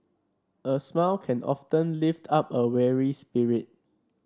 a smile can often lift up a weary spirit